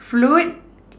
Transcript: flute